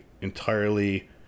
entirely